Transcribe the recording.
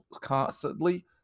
constantly